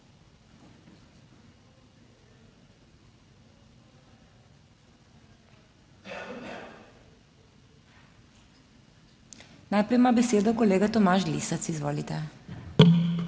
Najprej ima besedo kolega Tomaž Lisec. Izvolite.